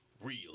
Real